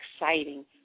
exciting